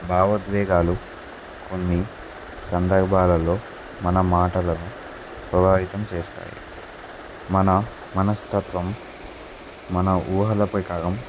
భావోద్వేగాలు కొన్ని సందర్భాలలో మన మాటలను ప్రభావితం చేస్తాయి మన మనస్తత్వం మన ఊహలపై కాలం